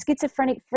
schizophrenic